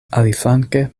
aliflanke